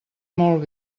molt